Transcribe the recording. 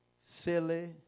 silly